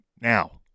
now